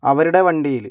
അവരുടെ വണ്ടീല്